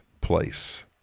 place